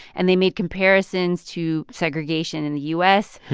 and they made comparisons to segregation in the u s.